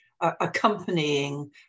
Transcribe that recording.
accompanying